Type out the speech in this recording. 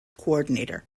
coordinator